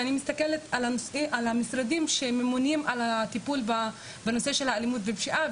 ואני מסתכלת על המשרדים שממונים על הטיפול בנושא של האלימות ופשיעה,